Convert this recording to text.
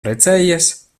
precējies